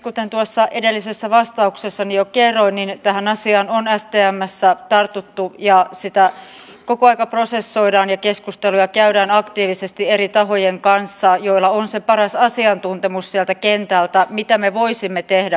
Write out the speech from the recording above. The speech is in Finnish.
kuten tuossa edellisessä vastauksessani jo kerroin tähän asiaan on stmssä tartuttu ja sitä koko ajan prosessoidaan ja keskusteluja käydään aktiivisesti eri tahojen kanssa joilla on se paras asiantuntemus sieltä kentältä mitä me voisimme tehdä paremmin